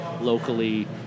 locally